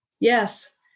yes